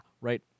right